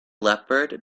leopard